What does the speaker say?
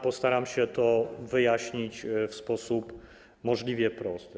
Postaram się to wyjaśnić w sposób możliwie prosty.